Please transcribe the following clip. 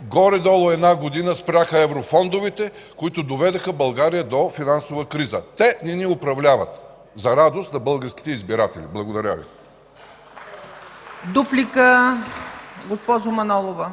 горе-долу една година спряха еврофондовете, които доведоха България до финансова криза. Те не ни управляват, за радост на българските избиратели. Благодаря Ви. (Ръкопляскания